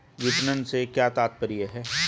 विपणन से क्या तात्पर्य है?